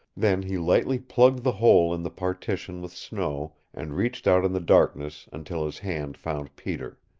then he lightly plugged the hole in the partition with snow, and reached out in the darkness until his hand found peter.